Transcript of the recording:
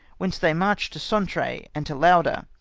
whence they marched to sontray and to lauder,